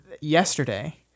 yesterday